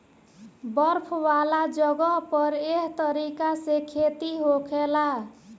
बर्फ वाला जगह पर एह तरीका से खेती होखेला